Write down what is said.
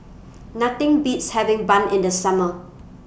Nothing Beats having Bun in The Summer